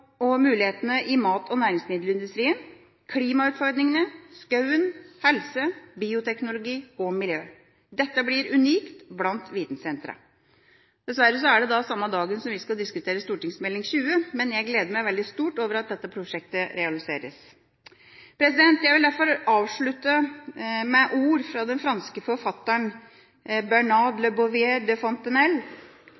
og mulighetene i mat- og næringsmiddelindustrien, klimautfordringene, skogen, helse, bioteknologi og miljø. Dette blir unikt blant vitensentrene. Dessverre er det samme dag som vi skal diskutere Meld. St. 20, men jeg gleder meg veldig stort over at dette prosjektet realiseres. Jeg vil derfor avslutte med ord fra den franske forfatteren